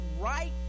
right